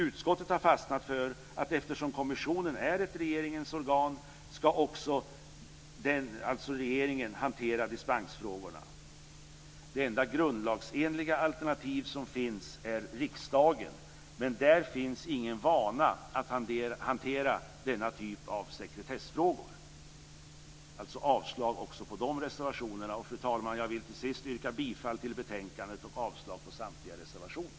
Utskottet har fastnat för att eftersom kommissionen är ett regeringens organ ska regeringen hantera dispensfrågorna. Det enda grundlagsenliga alternativ som finns är riksdagen. Men där finns ingen vana att hantera denna typ av sekretessfrågor. Jag yrkar avslag också på dessa reservationer. Fru talman! Jag yrkar till sist bifall till utskottets hemställan i betänkandet och avslag på samtliga reservationer.